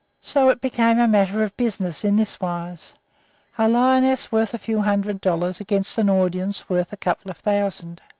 so it became a matter of business in this wise a lioness worth a few hundred dollars against an audience worth a couple of thousand.